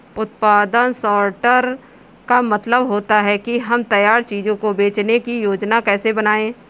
उत्पादन सॉर्टर का मतलब होता है कि हम तैयार चीजों को बेचने की योजनाएं कैसे बनाएं